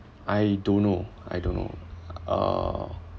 I don't know I don't know uh